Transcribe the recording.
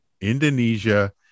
Indonesia